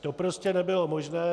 To prostě nebylo možné.